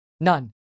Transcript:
none